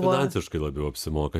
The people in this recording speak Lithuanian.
finansiškai labiau apsimoka